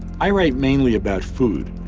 i write mainly about food,